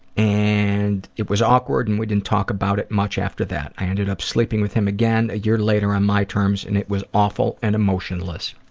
and it was awkward and we didn't talk about it much after that. i ended up sleeping with him again a year later on my terms and it was awful and emotionless.